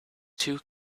two